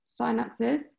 synapses